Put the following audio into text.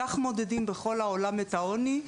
כך מודדים בכל העולם את העוני,